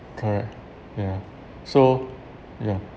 correct ya so ya